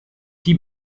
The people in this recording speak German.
die